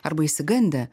arba išsigandę